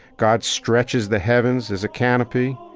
god stretches the heavens as a canopy.